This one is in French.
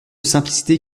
simplicité